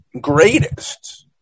greatest